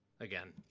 Again